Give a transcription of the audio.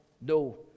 no